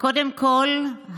"קודם כול,